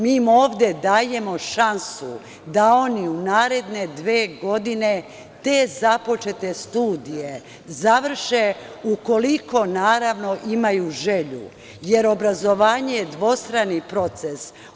Mi im ovde dajemo šansu da oni u naredne dve godine te započete studije završe ukoliko, naravno, imaju želju, jer obrazovanje je dvostrani proces.